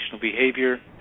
behavior